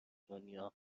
دنیا